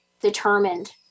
determined